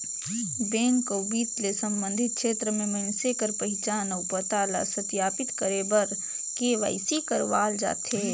bank अउ बित्त ले संबंधित छेत्र में मइनसे कर पहिचान अउ पता ल सत्यापित करे बर के.वाई.सी करवाल जाथे